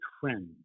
friend